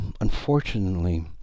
Unfortunately